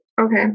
okay